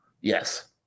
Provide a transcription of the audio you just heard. Yes